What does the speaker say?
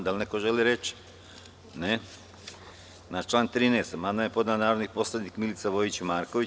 Da li neko želi reč? (Ne.) Na član 13. amandman je podnela narodni poslanik Milica Vojić Marković.